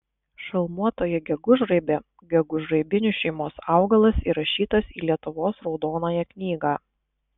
šalmuotoji gegužraibė gegužraibinių šeimos augalas įrašytas į lietuvos raudonąją knygą